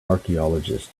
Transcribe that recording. archaeologists